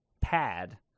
pad